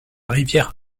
rivière